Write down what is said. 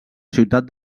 ciutat